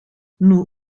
nous